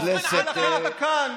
לכן אתה כאן.